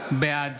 בעד